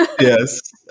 Yes